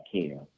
care